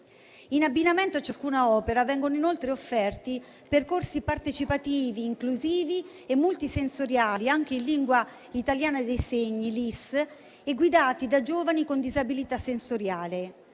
In abbinamento a ciascuna opera vengono inoltre offerti percorsi partecipativi, inclusivi e multisensoriali, anche in lingua italiana dei segni (LIS), guidati da giovani con disabilità sensoriale.